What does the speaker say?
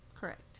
Correct